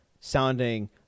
sounding